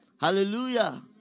Hallelujah